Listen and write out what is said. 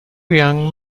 young